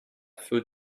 food